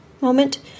moment